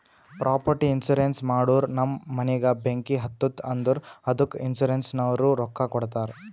property insurance ಮಾಡೂರ್ ನಮ್ ಮನಿಗ ಬೆಂಕಿ ಹತ್ತುತ್ತ್ ಅಂದುರ್ ಅದ್ದುಕ ಇನ್ಸೂರೆನ್ಸನವ್ರು ರೊಕ್ಕಾ ಕೊಡ್ತಾರ್